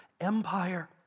Empire